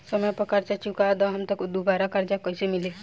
समय पर कर्जा चुका दहम त दुबाराकर्जा कइसे मिली?